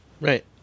Right